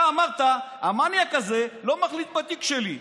אתה אמרת: המניאק הזה לא מחליט בתיק שלי,